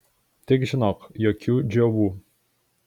tik žinok jokių džiovų